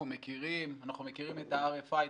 אנחנו מכירים את ה-RFI,